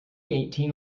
eigtheen